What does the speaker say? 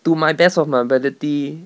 to my best of my ability